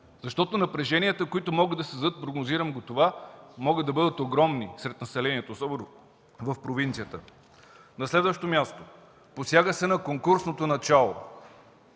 Защото напреженията, които могат да създадат, прогнозирам го това, могат да бъдат огромни сред населението, особено в провинцията. На следващо място, посяга се на конкурсното начало,